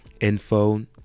info